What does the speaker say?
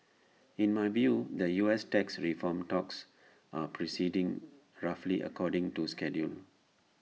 in my view the U S tax reform talks are proceeding roughly according to schedule